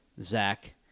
Zach